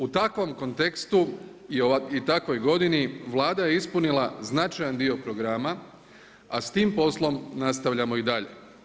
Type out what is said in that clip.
U takvom kontekstu i takvoj godini Vlada je ispunila značajan dio programa, a s tim poslom nastavljamo i dalje.